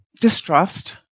distrust